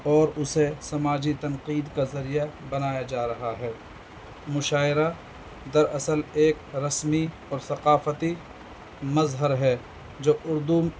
اور اسے سماجی تنقید کا ذریعہ بنایا جا رہا ہے مشاعرہ در اصل ایک رسمی اور ثقافتی مظہر ہے جو اردو